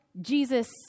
Jesus